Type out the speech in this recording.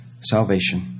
salvation